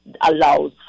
allows